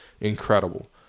incredible